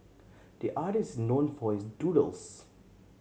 the artist is known for his doodles